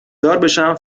داربشم